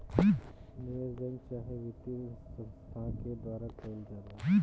निवेश बैंक चाहे वित्तीय संस्थान के द्वारा कईल जाला